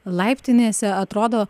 laiptinėse atrodo